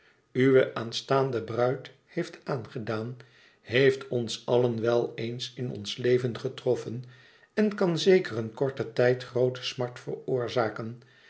uwe aanstaande bruid heeft aangedaan heeft ons allen wel eens in ons leven getroffen en kan zeker een korten tijd groote smart veroorzaken